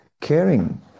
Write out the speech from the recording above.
caring